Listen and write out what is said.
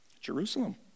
Jerusalem